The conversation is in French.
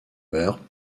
meurt